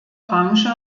branche